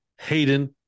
Hayden